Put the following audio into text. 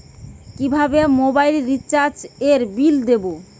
কিভাবে মোবাইল রিচার্যএর বিল দেবো?